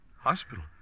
Hospital